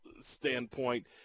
standpoint